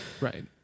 Right